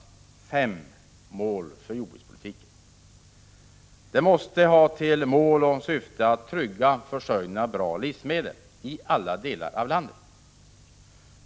För det första: Jordbrukspolitiken måste ha till mål och syfte att trygga försörjningen av bra livsmedel i alla delar av landet.